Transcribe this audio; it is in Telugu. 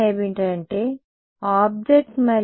ఇంటర్ఫేస్ వద్ద